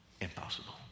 impossible